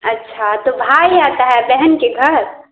अच्छा तो भाई आता है बहन के घर